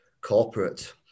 corporate